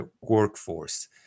workforce